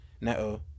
Neto